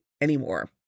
anymore